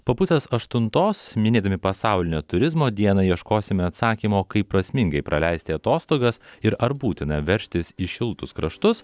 po pusės aštuntos minėdami pasaulinę turizmo dieną ieškosime atsakymo kaip prasmingai praleisti atostogas ir ar būtina veržtis į šiltus kraštus